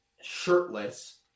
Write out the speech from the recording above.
shirtless